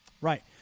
right